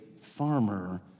farmer